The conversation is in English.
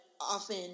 often